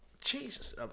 Jesus